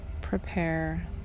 prepare